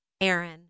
Aaron